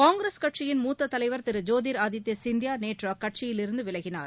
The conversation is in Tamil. காங்கிரஸ் கட்சியின் மூத்ததலைவர் திருஜோதிர் ஆதித்யசிந்தியாநேற்றுஅக்கட்சியிலிருந்துவிலகினார்